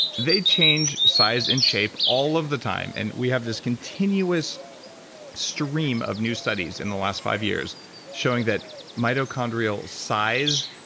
they change size and shape all of the time and we have this continuous stream of new studies in the last five years showing that mitochondrial size,